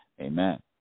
Amen